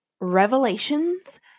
revelations